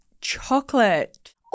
chocolate